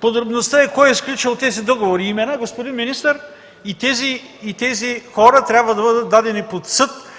Подробността е кой е сключил тези договори – имена, господин министър! И тези хора трябва да бъдат дадени под съд